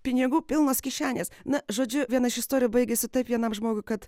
pinigų pilnos kišenės na žodžiu viena iš istorijų baigėsi taip vienam žmogui kad